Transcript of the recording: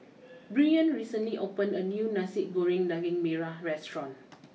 Brien recently opened a new Nasi Goreng Daging Merah restaurant